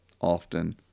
often